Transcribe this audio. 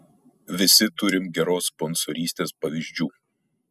visi turim geros sponsorystės pavyzdžių